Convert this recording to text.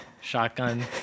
shotgun